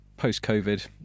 post-COVID